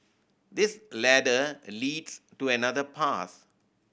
this ladder leads to another path